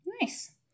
Nice